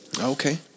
Okay